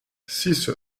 six